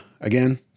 again